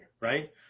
right